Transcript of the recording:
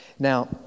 Now